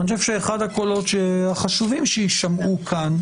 ואני חושב שאחד הקולות החשובים שיישמעו כאן,